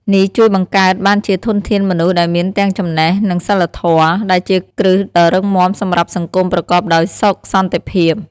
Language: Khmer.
នេះជួយបង្កើតបានជាធនធានមនុស្សដែលមានទាំងចំណេះ និងសីលធម៌ ដែលជាគ្រឹះដ៏រឹងមាំសម្រាប់សង្គមប្រកបដោយសុខសន្តិភាព។